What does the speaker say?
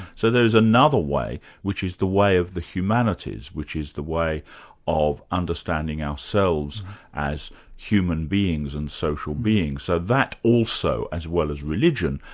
so there is another way which is the way of the humanities, which is the way of understanding ourselves as human beings and social beings. so that also as well as religion,